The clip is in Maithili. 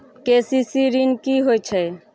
के.सी.सी ॠन की होय छै?